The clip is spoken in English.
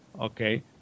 Okay